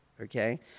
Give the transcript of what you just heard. okay